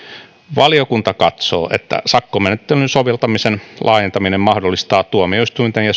valiokunta katsoo että sakkomenettelyn soveltamisen laajentaminen mahdollistaa tuomioistuinten ja